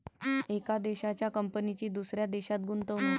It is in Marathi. एका देशाच्या कंपनीची दुसऱ्या देशात गुंतवणूक